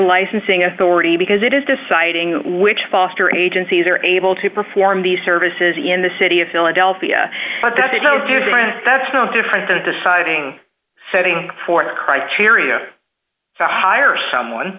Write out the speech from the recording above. licensing authority because it is deciding which foster agencies are able to perform these services in the city of philadelphia but that they go to different that's no different than deciding setting forth a criteria to hire someone